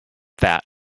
that